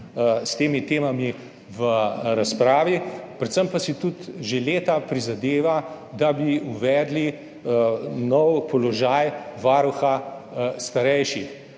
s temi temami v razpravi, predvsem si pa tudi že leta prizadeva, da bi uvedli nov položaj varuha starejših.